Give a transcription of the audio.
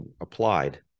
applied